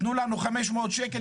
תנו לנו 500 שקל,